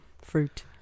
fruit